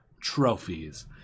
trophies